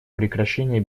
прекращение